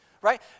Right